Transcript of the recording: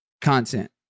Content